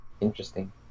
interesting